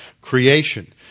creation